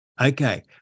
Okay